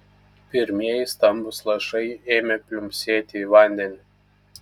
pirmieji stambūs lašai ėmė pliumpsėti į vandenį